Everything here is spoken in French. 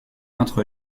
entre